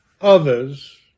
others